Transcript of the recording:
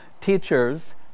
teachers